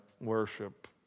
worship